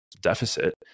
deficit